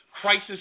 crisis